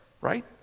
Right